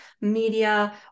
media